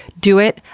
do it.